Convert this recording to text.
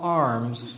arms